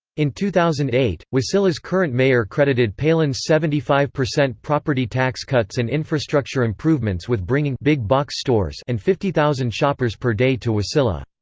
in two thousand and eight, wasilla's current mayor credited palin's seventy five percent property tax cuts and infrastructure improvements with bringing big-box stores and fifty thousand shoppers per day to wasilla.